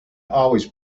always